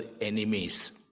enemies